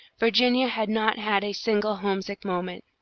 virginia had not had a single homesick moment.